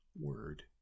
word